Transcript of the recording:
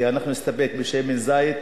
כי אנחנו נסתפק בשמן זית,